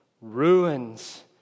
ruins